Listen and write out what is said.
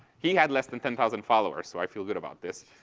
he had less than ten thousand followers. so i feel good about this.